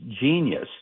genius